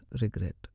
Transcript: regret